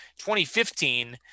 2015